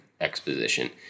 exposition